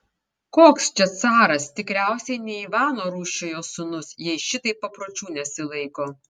koks čia caras tikriausiai ne ivano rūsčiojo sūnus jei šitaip papročių nesilaiko